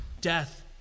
death